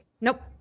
Nope